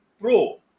pro